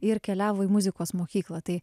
ir keliavo į muzikos mokyklą tai